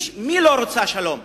מי לא רצה שלום?